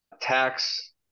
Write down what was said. tax